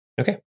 okay